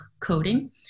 coding